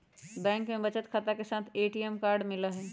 bank में बचत खाता के साथ ए.टी.एम कार्ड मिला हई